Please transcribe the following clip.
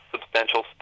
substantial